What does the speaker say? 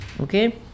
okay